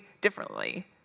differently